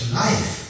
life